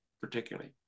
particularly